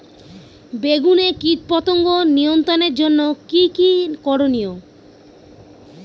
বেগুনে কীটপতঙ্গ নিয়ন্ত্রণের জন্য কি কী করনীয়?